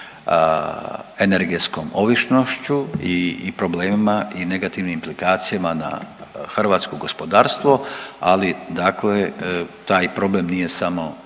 energetskom ovišćnošću i problemima i negativnim implikacijama na hrvatsko gospodarstvo, ali dakle taj problem nije samo